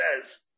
says